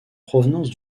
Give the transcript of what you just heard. provenance